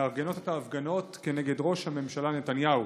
שמארגנות את ההפגנות כנגד ראש הממשלה נתניהו.